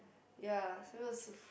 ya so it was